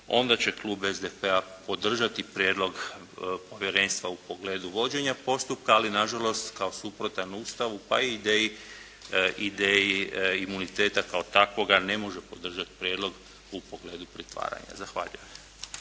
onda će klub SDP-a podržati prijedlog Povjerenstva u pogledu vođenja postupka, ali na žalost kao suprotan Ustavu pa i ideji imuniteta kao takvoga ne može podržati prijedlog u pogledu pritvaranja. Zahvaljujem.